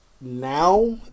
now